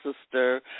sister